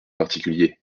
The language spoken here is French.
particulier